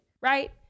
right